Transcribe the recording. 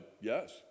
yes